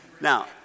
Now